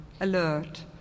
alert